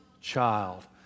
child